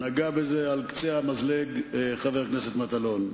נגע בזה על קצה המזלג חבר הכנסת מטלון.